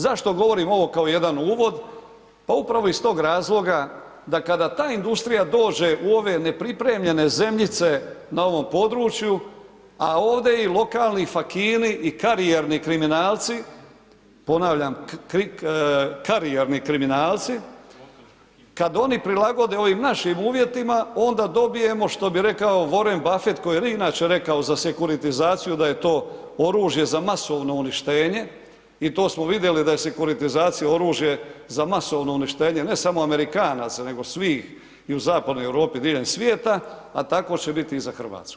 Zašto govorim ovo kao jedan uvod, pa upravo iz tog razloga da kada ta industrija dođe u ove nepripremljene zemljice na ovom području, a ovdje ih lokalni fakini i karijerni kriminalci, ponavljam, karijerni kriminalci, kad oni prilagode ovim našim uvjetima, onda dobijemo, što bi rekao Warren Buffett koji je inače rekao za sekuritizaciju, da je to oružje za masovno uništenje i to smo vidjeli da je sekuritizacija oružje za masovno uništenje, ne samo Amerikanaca, nego svih, i u zapadnoj Europi diljem svijeta, a tako će biti i za Hrvatsku.